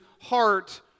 heart